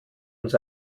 uns